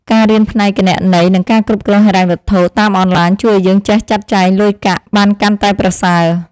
ការរៀនផ្នែកគណនេយ្យ និងការគ្រប់គ្រងហិរញ្ញវត្ថុតាមអនឡាញជួយឱ្យយើងចេះចាត់ចែងលុយកាក់បានកាន់តែប្រសើរ។